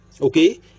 Okay